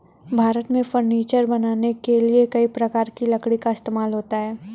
भारत में फर्नीचर बनाने के लिए कई प्रकार की लकड़ी का इस्तेमाल होता है